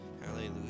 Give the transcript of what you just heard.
hallelujah